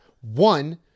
One